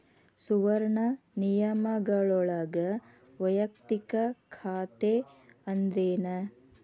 ಸುವರ್ಣ ನಿಯಮಗಳೊಳಗ ವಯಕ್ತಿಕ ಖಾತೆ ಅಂದ್ರೇನ